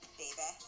baby